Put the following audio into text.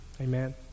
Amen